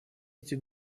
этих